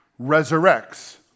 resurrects